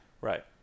Right